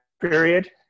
period